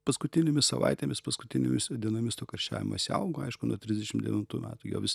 paskutinėmis savaitėmis paskutinėmis jau dienomis to karščiavimosi augo aišku nuo trisdešim devintų metų jo vis